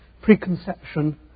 preconception